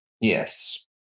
Yes